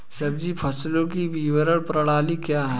सब्जी फसलों की विपणन प्रणाली क्या है?